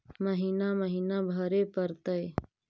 महिना महिना भरे परतैय?